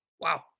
Wow